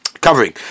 covering